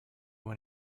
when